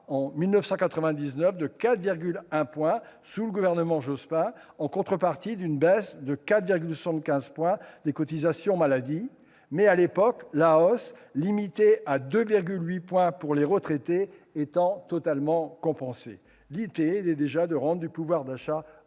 en 1999 de 4,1 points sous le gouvernement Jospin en contrepartie d'une baisse de 4,75 points des cotisations maladie, mais à l'époque la hausse limitée à 2,8 points pour les retraités était compensée totalement. L'idée était déjà de rendre du pouvoir d'achat aux